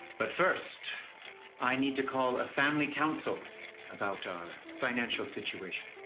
but first i need to call a family counsel about our financial situation.